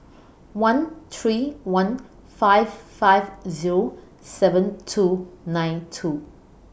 one three one five five Zero seven two nine two